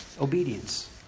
obedience